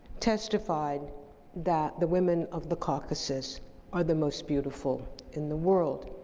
testified that the women of the caucasus are the most beautiful in the world.